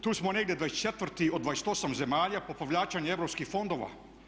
Tu smo negdje 24 do 28 zemalja po povlačenju europskih fondova.